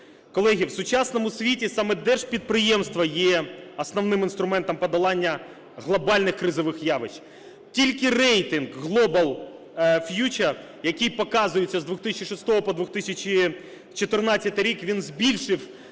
Колеги, в сучасному світі саме держпідприємства є основним інструментом подолання глобальних кризових явищ. Тільки рейтинг Global Future, який показується з 2006 про 2014 рік, він збільшив